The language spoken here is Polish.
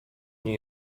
nie